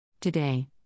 Today